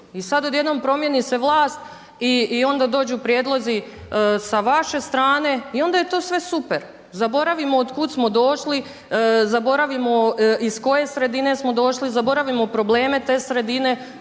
I sad odjednom primjeni se vlast i onda dođu prijedlozi sa vaše strane i onda je to sve super, zaboravimo od kud smo došli, zaboravimo iz koje sredine smo došli, zaboravimo probleme te sredine